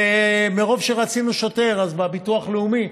ומרוב שרצינו שוטר, אז בביטוח לאומי,